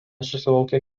susilaukė